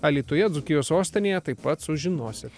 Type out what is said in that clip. alytuje dzūkijos sostinėje taip pat sužinosit